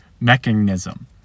mechanism